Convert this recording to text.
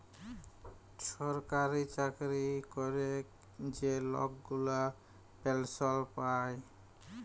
ছরকারি চাকরি ক্যরে যে লক গুলা পেলসল পায়